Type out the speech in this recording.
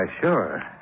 sure